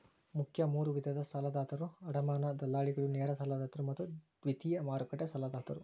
ಮುಖ್ಯ ಮೂರು ವಿಧದ ಸಾಲದಾತರು ಅಡಮಾನ ದಲ್ಲಾಳಿಗಳು, ನೇರ ಸಾಲದಾತರು ಮತ್ತು ದ್ವಿತೇಯ ಮಾರುಕಟ್ಟೆ ಸಾಲದಾತರು